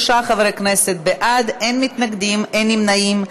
43 חברי כנסת בעד, אין מתנגדים, אין נמנעים.